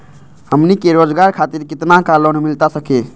हमनी के रोगजागर खातिर कितना का लोन मिलता सके?